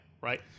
right